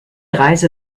reise